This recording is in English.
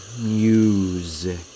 music